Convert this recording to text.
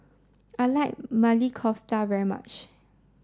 I like Maili Kofta very much